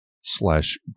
slash